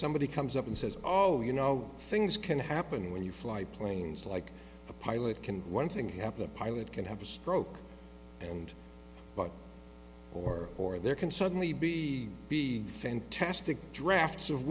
somebody comes up and says oh you know things can happen when you fly planes like the pilot can one thing happen pilot can have a stroke and but or or there can suddenly be be fantastic drafts of